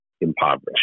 impoverished